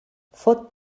fot